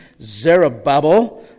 Zerubbabel